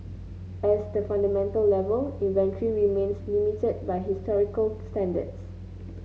as the fundamental level inventory remains limited by historical standards